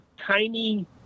tiny